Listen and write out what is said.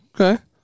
Okay